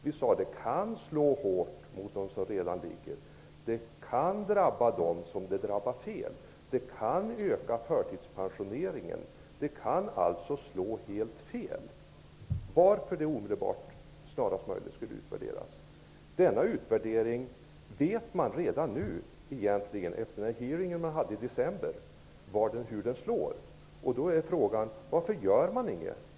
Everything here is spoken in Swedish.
Vi sade att besparingen kan slå hårt mot dem som redan ligger, att den kan drabba fel grupp, att den kan öka förtidspensioneringen och att den kan slå helt fel. Därför borde den snarast möjligt utvärderas. Efter den hearing som utskottet hade i december vet man hur denna sänkning slår. Då är frågan: Varför gör man ingenting?